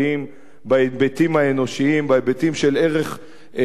בהיבטים האנושיים, בהיבטים של ערך חיי אדם.